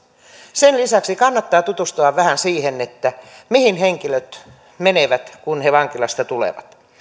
sen lisäksi kannattaa tutustua vähän siihen mihin henkilöt menevät kun he vankilasta tulevat